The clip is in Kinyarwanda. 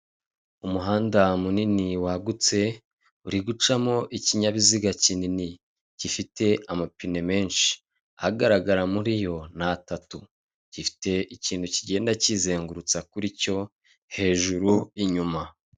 Umuhanda munini wagutse uri gucamo ikinyabiziga kinini gifite amapine menshi. Agaragara muriyo ni atatu, gifite ikintu kigenda kizengurutsa kuri cyo hejuru inyuma.